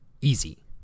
Easy